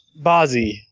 Bazi